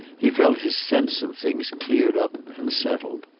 he felt his sense of things cleared up and settled.